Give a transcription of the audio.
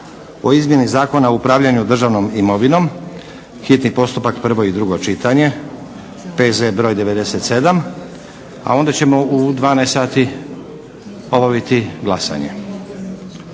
o izmjeni Zakona o upravljanju državnom imovinom, hitni postupak, prvo i drugo čitanje, P.Z. br. 97. A onda ćemo u 12,00 sati obaviti glasanje.